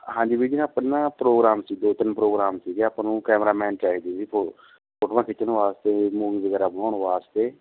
ਹਾਂਜੀ ਵੀਰ ਜੀ ਨਾ ਆਪਾਂ ਨੂੰ ਨਾ ਪ੍ਰੋਗਰਾਮ ਸੀ ਦੋ ਤਿੰਨ ਪ੍ਰੋਗਰਾਮ ਸੀਗੇ ਆਪਾਂ ਨੂੰ ਕੈਮਰਾਮੈਨ ਚਾਹੀਦੇ ਜੀ ਫੋ ਫੋਟੋਵਾਂ ਖਿੱਚਣ ਵਾਸਤੇ ਮੂਵੀ ਵਗੈਰਾ ਬਣਾਉਣ ਵਾਸਤੇ